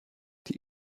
die